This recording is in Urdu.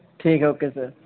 ٹھیک ہے اوکے سر